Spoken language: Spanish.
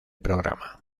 programa